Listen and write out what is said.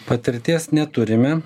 patirties neturime